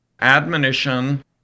admonition